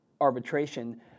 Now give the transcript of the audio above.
arbitration